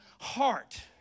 heart